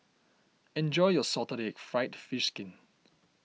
enjoy your Salted Egg Fried Fish Skin